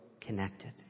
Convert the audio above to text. connected